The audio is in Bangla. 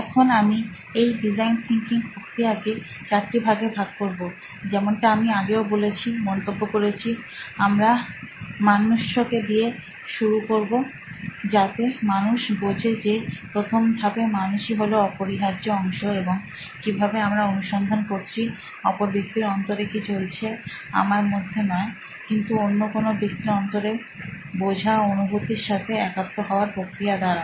এখন আমি এই ডিজাইন থিঙ্কিং প্রক্রিয়াকে চারটে ভাগে ভাগ করবো যেমনটা আমি আগেও বলেছিমন্তব্য করেছি আমরা মানুষ্ কে দিয়ে শুরু করবো যাতে মানুষ বোঝে যে প্রথম ধাপে মানুষই হলো অপরিহার্য অংশ এবং কিভাবে আমরা অনুসন্ধান করি অপর ব্যক্তির অন্তরে কি চলছে আমার মধ্যে নয় কিন্তু অন্য কোনো ব্যক্তির অন্তরকে বোঝা অনুভূতির সাথে একাত্ম হওয়ার প্রক্রিয়া দ্বারা